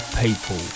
people